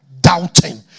doubting